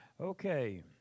Okay